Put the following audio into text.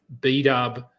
B-Dub